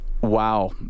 Wow